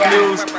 News